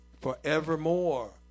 Forevermore